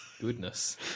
Goodness